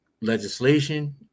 legislation